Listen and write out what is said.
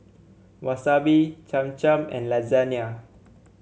Wasabi Cham Cham and Lasagna